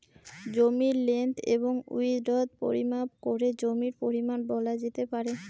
জমির লেন্থ এবং উইড্থ পরিমাপ করে জমির পরিমান বলা যেতে পারে